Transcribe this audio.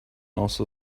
also